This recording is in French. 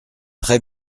très